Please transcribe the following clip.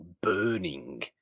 burning